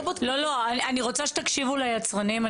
לא, לא, אני רוצה שתקשיבו ליצרנים.